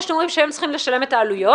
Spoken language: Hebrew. בכך שאתם אומרים שהם צריכים לשלם את העלויות,